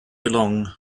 along